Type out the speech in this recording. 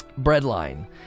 breadline